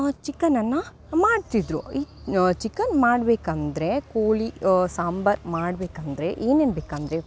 ಚಿಕನನ್ನು ಮಾಡ್ತಿದ್ದರು ಈಗ ಚಿಕನ್ ಮಾಡಬೇಕಂದ್ರೆ ಕೋಳಿ ಸಾಂಬಾರ್ ಮಾಡಬೇಕಂದ್ರೆ ಏನೇನು ಬೇಕಂದರೆ